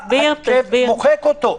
מוחק אותו.